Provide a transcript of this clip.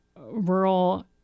rural